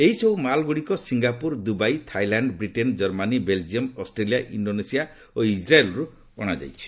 ଏହିସବୁ ମାଲ୍ଗୁଡ଼ିକ Singapore Dubai Thailand Britain Germany Belgium Australia Indonesia ଓ ଇଜ୍ରାଏଲ୍ରୁ ଅଣାଯାଇଛି